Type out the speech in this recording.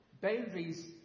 boundaries